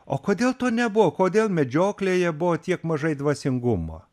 o kodėl to nebuvo kodėl medžioklėje buvo tiek mažai dvasingumo